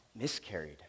miscarried